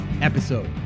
episode